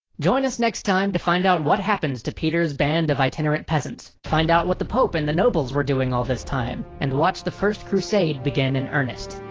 join us next time to find out what happens to peter's band of itinerant peasants find out what the pope and the nobles were doing all this time and watch the first crusade begin in earnest